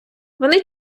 вони